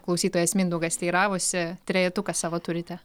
klausytojas mindaugas teiravosi trejetuką savo turite